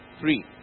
three